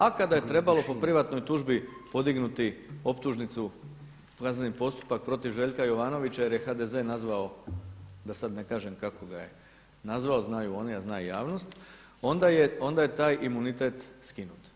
A kada je trebalo po privatnoj tužbi podignuti optužnicu, kazneni postupak protiv Željka Jovanovića jer je HDZ nazvao da sad ne kažem kako ga je nazvao, znaju oni a zna i javnost, onda je taj imunitet skinut.